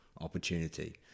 opportunity